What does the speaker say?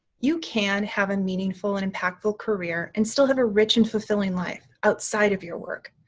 you can have a meaningful and impactful career and still have a rich and fulfilling life outside of your work.